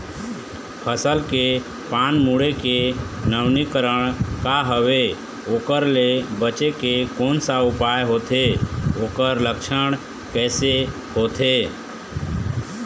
फसल के पान मुड़े के नवीनीकरण का हवे ओकर ले बचे के कोन सा उपाय होथे ओकर लक्षण कैसे होथे?